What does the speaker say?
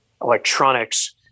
electronics